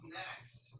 next